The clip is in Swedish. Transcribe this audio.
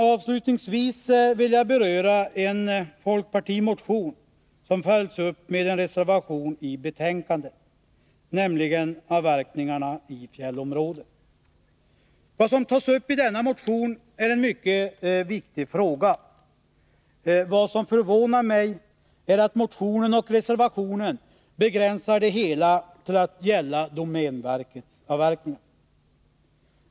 Avslutningsvis vill jag beröra en folkpartimotion som följs upp med en reservation i betänkandet, nämligen beträffande avverkningarna i fjällområden. Vad som tas upp i denna motion är en mycket viktig fråga. Men det som förvånar mig är att motionen och reservationen begränsar det hela till att gälla domänverkets avverkningar.